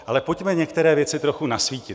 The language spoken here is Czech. Ale pojďme některé věci trochu nasvítit.